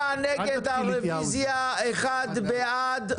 חמישה נגד הרביזיות, אחד בעד.